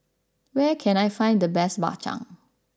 where can I find the best Bak Chang